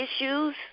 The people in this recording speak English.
issues